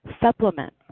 supplement